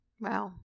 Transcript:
Wow